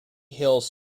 hills